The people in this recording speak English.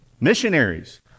missionaries